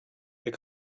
they